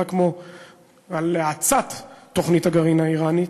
זה נראה כמו האצת תוכנית הגרעין האיראנית,